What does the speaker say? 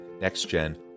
Next-Gen